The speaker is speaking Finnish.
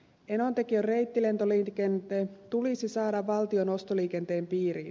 enontekiön reittilentoliikenne tulisi saada valtion ostoliikenteen piiriin